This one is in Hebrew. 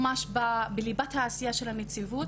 ממש בליבת העשייה של הנציבות.